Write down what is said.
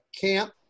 camp